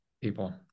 people